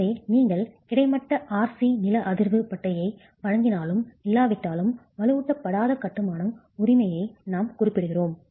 எனவே நீங்கள் கிடைமட்ட RC நில அதிர்வு பட்டையை வழங்கினாலும் இல்லாவிட்டாலும் வலுவூட்டப்படாத கட்டுமானம் உரிமையை நாம் குறிப்பிடுகிறோம்